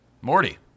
Morty